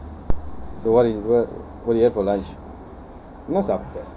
so what you what what do you have for lunch